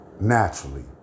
naturally